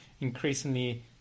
increasingly